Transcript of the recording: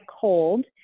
cold